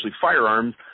firearms